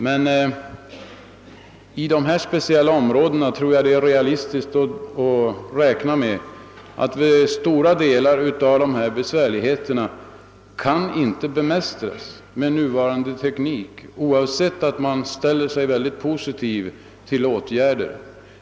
På detta speciella område tror jag emeilertid det är realistiskt att räkna med att stora delar av dessa besvärligheter inte kan bemästras med nuvarande teknik, även om man vill vidta åtgärder.